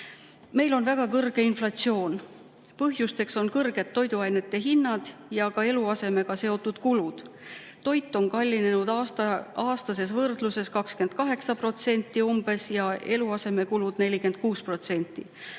Meil on väga kõrge inflatsioon. Põhjusteks on kõrged toiduainete hinnad ja ka eluasemekulud. Toit on kallinenud aastases võrdluses umbes 28% ja eluasemekulud 46%.